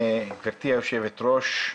גברתי היושבת-ראש,